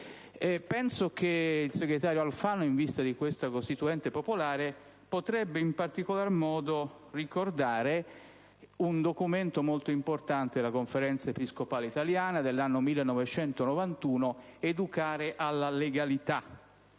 Penso che il segretario Alfano, in vista di questa costituente popolare, potrebbe in particolar modo ricordare un documento molto importante della Conferenza episcopale italiana dell'anno 1991, «Educare alla legalità».